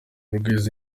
rwize